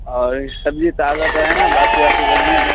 اور سبزی تازہ تو ہے نہ باسی واسی تو نہیں ہے